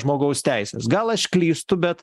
žmogaus teises gal aš klystu bet